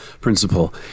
principle